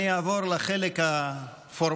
אני אעבור לחלק הפורמלי,